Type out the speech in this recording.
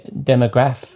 demograph